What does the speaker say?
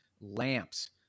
lamps